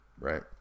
right